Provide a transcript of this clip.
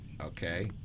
Okay